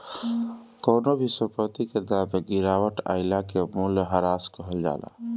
कवनो भी संपत्ति के दाम में गिरावट आइला के मूल्यह्रास कहल जाला